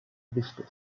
wichtig